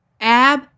Ab